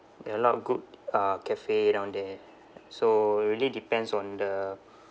there are a lot of good uh cafe down there so it really depends on the